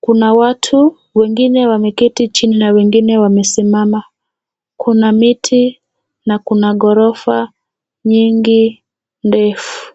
Kuna watu wengine wameketi chini na wengine wamesimama. Kuna miti na kuna ghorofa nyingi ndefu.